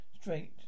straight